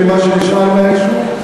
למה שנשאר מהיישוב.